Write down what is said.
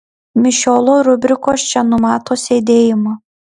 mišiolo rubrikos čia numato sėdėjimą